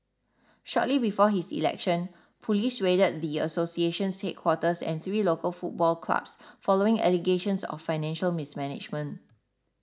shortly before his election police raided the association's headquarters and three local football clubs following allegations of financial mismanagement